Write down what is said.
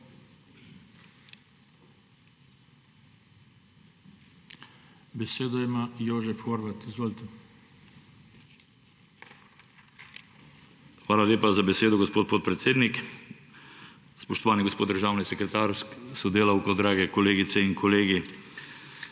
Hvala lepa za besedo, gospod podpredsednik. Spoštovani gospod državni sekretar s sodelavko, dragi kolegice in kolegi!